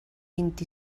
vint